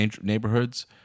neighborhoods